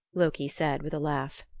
loki said with a laugh.